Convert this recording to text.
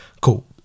cool